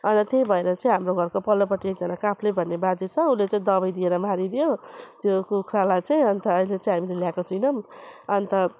अन्त त्यही भएर चाहिँ हाम्रो घरको पल्लोपट्टि एकजना काफ्ले भन्ने बाजे छ उसले चाहिँ दबाई दिएर मारिदियो त्यो कुखुरालाई चाहिँ अन्त अहिले चाहिँ हामीले लिएको छैनौँ अन्त